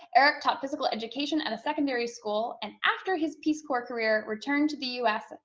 eric taught physical education at a secondary school and after his peace corps career, returned to the u s.